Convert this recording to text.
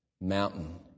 mountain